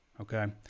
okay